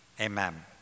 Amen